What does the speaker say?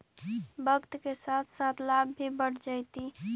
वक्त के साथ साथ लाभ भी बढ़ जतइ